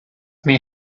may